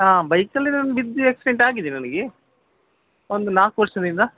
ಹಾಂ ಬೈಕಲ್ಲಿ ನಾನು ಬಿದ್ದು ಎಕ್ಸಿಡೆಂಟ್ ಆಗಿದೆ ನನಗೆ ಒಂದು ನಾಲ್ಕು ವರ್ಷದಿಂದ